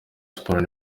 sports